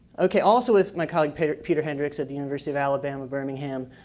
okay, also, with my colleague peter peter hendricks at the university of alabama-birmingham,